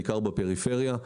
בעיקר בפריפריה.